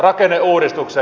rakenneuudistuksen